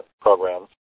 programs